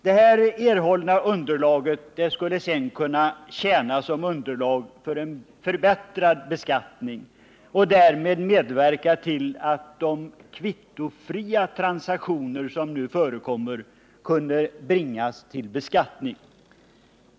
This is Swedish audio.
Det erhållna underlaget skulle sedan kunna tjäna som underlag för en förbättrad beskattning och därmed medverka till att de kvittofria transaktioner som nu förekommer kunde bringas till beskattning.